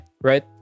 Right